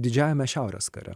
didžiajame šiaurės kare